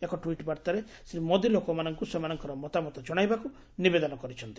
ଏକ ଟ୍ୱିଟ୍ ବାର୍ତ୍ତାରେ ଶ୍ରୀ ମୋଦି ଲୋକମାନଙ୍କୁ ସେମାନଙ୍କର ମତାମତ ଜଶାଇବାକୁ ନିବେଦନ କରିଛନ୍ତି